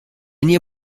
nie